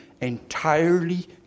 entirely